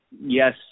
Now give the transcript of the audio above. yes